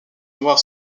noir